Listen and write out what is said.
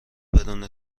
بدون